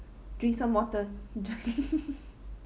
drink some water